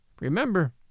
Remember